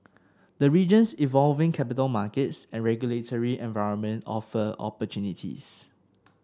the region's evolving capital markets and regulatory environment offer opportunities